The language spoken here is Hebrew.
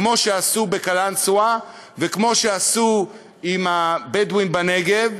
כמו שעשו בקלנסווה וכמו שעשו עם הבדואים בנגב.